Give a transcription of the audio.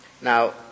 Now